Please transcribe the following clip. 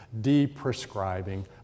de-prescribing